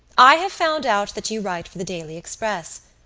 i have found out that you write for the daily express.